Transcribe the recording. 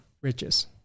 riches